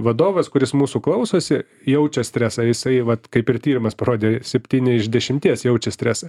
vadovas kuris mūsų klausosi jaučia stresą jisai vat kaip ir tyrimas parodė septyni iš dešimties jaučia stresą